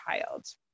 child